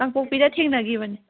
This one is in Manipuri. ꯀꯥꯡꯄꯣꯛꯄꯤꯗ ꯊꯦꯡꯅꯈꯤꯕꯅꯤ